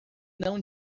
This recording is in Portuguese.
não